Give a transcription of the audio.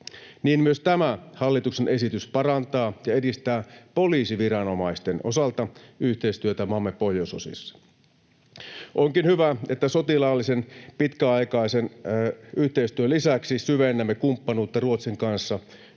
niin myös tämä hallituksen esitys parantaa ja edistää poliisiviranomaisten osalta yhteistyötä maamme pohjoisosissa. Onkin hyvä, että sotilaallisen pitkäaikaisen yhteistyön lisäksi syvennämme kumppanuutta Ruotsin kanssa tämän hallituksen